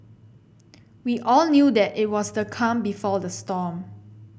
we all knew that it was the calm before the storm